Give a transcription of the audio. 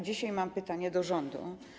Dzisiaj mam pytanie do rządu.